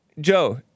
Joe